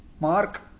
Mark